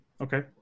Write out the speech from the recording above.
Okay